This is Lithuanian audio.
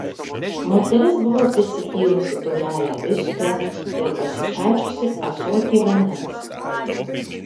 moteris buvo prisipylusi taurelę viskio ir pasistačiusi ąsotį vandens